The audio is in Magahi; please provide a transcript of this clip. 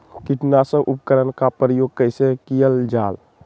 किटनाशक उपकरन का प्रयोग कइसे कियल जाल?